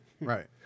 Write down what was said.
right